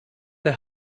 der